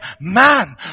man